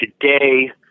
today